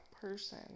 person